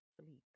sleep